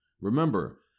Remember